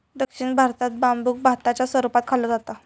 दक्षिण भारतात बांबुक भाताच्या स्वरूपात खाल्लो जाता